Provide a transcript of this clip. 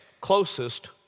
closest